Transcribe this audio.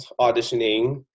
auditioning